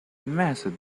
method